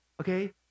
Okay